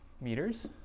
meters